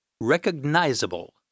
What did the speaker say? recognizable